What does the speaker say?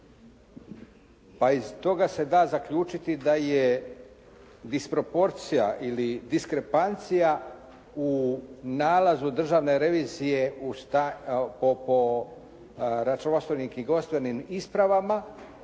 Pa iz toga se da zaključiti da je disproporcija ili diskrepancija u nalazu državne revizije po računovodstvenim i knjigovodstvenim ispravama